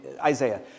Isaiah